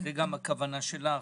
גם הכוונה שלך,